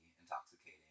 intoxicating